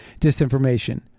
disinformation